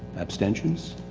abstentions?